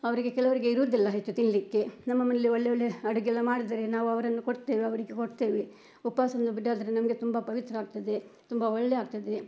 ಅವರಿಗೆ ಕೆಲವರಿಗೆ ಇರೋದಿಲ್ಲ ಹೆಚ್ಚು ತಿನ್ನಲಿಕ್ಕೆ ನಮ್ಮ ಮನೇಲಿ ಒಳ್ಳೆ ಒಳ್ಳೆ ಅಡುಗೆ ಎಲ್ಲ ಮಾಡಿದ್ರೆ ನಾವು ಅವರನ್ನು ಕೊಡ್ತೇವೆ ಅವರಿಗೆ ಕೊಡ್ತೇವೆ ಉಪ್ವಾಸನೂ ನಮಗೆ ತುಂಬ ಪವಿತ್ರ ಆಗ್ತದೆ ತುಂಬ ಒಳ್ಳೆ ಆಗ್ತದೆ